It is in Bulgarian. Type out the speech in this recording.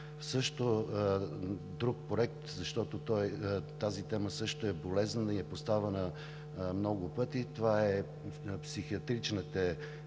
Също друг проект, защото тази тема също е болезнена и е поставяна много пъти, това е психиатричните